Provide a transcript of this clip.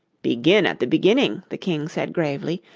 begin at the beginning the king said gravely,